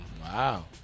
Wow